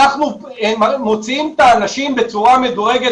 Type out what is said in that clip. אנחנו מוציאים את האנשים בצורה מדורגת,